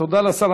תודה לשר.